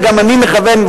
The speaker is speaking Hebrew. וגם אני מכוון,